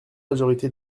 majorité